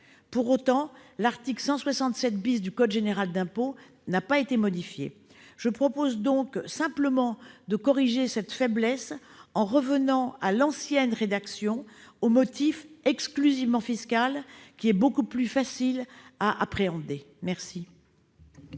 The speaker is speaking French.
Pour autant, l'article 167 du code général des impôts n'a pas été modifié. Je propose donc, simplement, de corriger cette faiblesse en revenant à l'ancienne rédaction, donc au motif « exclusivement fiscal », qui est beaucoup plus facile à appréhender. Quel